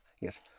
Yes